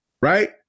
Right